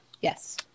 Yes